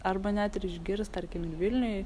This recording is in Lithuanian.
arba net ir išgirst tarkim ir vilniuj